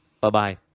Bye-bye